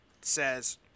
says